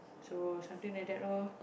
so something like that loh